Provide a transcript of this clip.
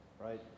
right